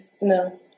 No